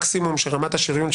כבוד האדם וחירותו,